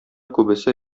күбесе